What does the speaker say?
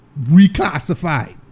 reclassified